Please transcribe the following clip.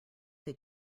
they